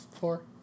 Four